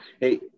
Hey